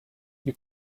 you